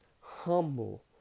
humble